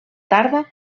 tarda